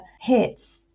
hits